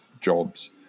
jobs